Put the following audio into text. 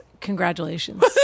congratulations